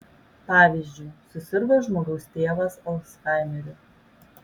pavyzdžiui susirgo žmogaus tėvas alzhaimeriu